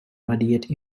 radiate